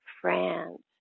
France